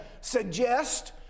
suggest